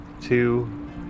two